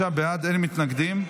35 בעד, אין מתנגדים.